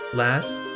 last